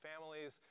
families